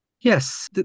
Yes